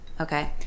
okay